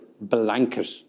blanket